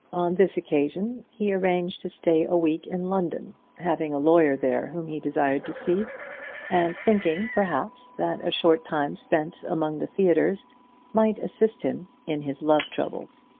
on this occasion he arranged to stay a week in london, having a lawyer there whom he desired to see and thinking, perhaps, that a short time spent among the theatres might assist him in his love troubles.